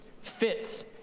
fits